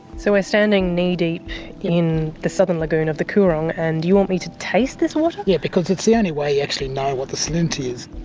so we're standing knee-deep in the southern lagoon of the coorong and you want me to taste this water? yeah, because it's the only way you actually know what the salinity is.